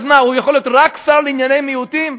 אז הוא יכול להיות רק שר לענייני מיעוטים?